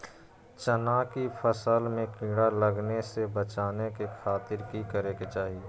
चना की फसल में कीड़ा लगने से बचाने के खातिर की करे के चाही?